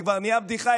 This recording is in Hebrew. זה כבר נהיה בדיחה,